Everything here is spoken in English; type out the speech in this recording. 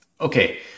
okay